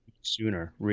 sooner